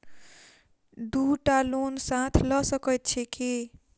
दु टा लोन साथ लऽ सकैत छी की?